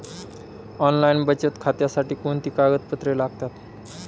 Online बचत खात्यासाठी कोणती कागदपत्रे लागतात?